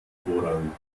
vorrang